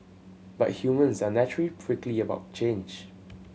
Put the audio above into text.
but humans are naturally prickly about change